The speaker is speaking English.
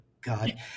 God